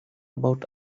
about